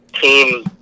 team